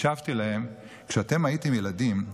השבתי להם: כשאתם הייתם ילדים,